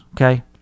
Okay